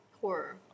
horror